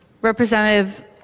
Representative